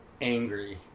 angry